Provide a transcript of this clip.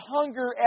hunger